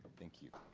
thank you.